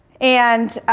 and